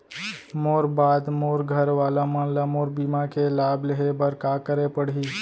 मोर बाद मोर घर वाला मन ला मोर बीमा के लाभ लेहे बर का करे पड़ही?